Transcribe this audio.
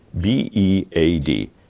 B-E-A-D